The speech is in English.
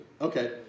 Okay